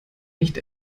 nicht